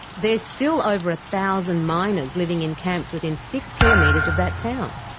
there's still over a thousand miners living in camps within six kilometres of that town.